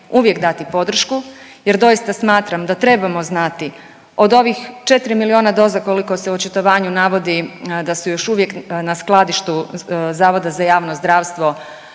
uvijek dati podršku jer doista smatram da trebamo znati od ovih 4 milijuna doza koliko se u očitovanju navodi da su još uvijek na skladištu Zavoda za javno zdravstvo,